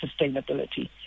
sustainability